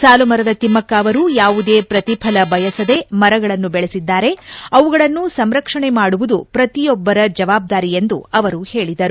ಸಾಲುಮರದ ತಿಮಕ್ಷ ಅವರು ಯಾವುದೇ ಪ್ರತಿಫಲ ಮರಗಳನ್ನು ಬೆಳೆಸಿದ್ದಾರೆ ಅವುಗಳನ್ನು ಸಂರಕ್ಷಣೆ ಮಾಡುವುದು ಪ್ರತಿಯೊಬ್ಬರ ಜವಾಬ್ದಾರಿ ಎಂದು ಅವರು ಹೇಳಿದರು